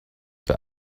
for